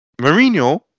Mourinho